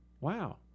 wow